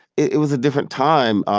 it was a different time,